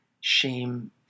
shame